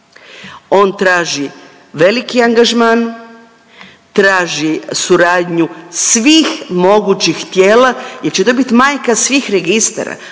on traži veliki angažman, traži suradnju svih mogućnih tijela jer će to biti majka svih registara.